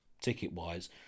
ticket-wise